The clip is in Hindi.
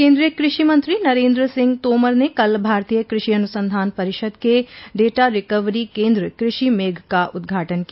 केन्द्रीय कृषि मंत्री नरेन्द्र सिंह तोमर ने कल भारतीय कृषि अनुसंधान परिषद के डेटा रिकवरी केन्द्र कृषि मेघ का उद्घाटन किया